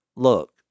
Look